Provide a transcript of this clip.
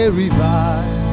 revive